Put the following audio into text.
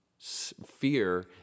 fear